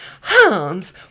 Hans